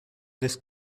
this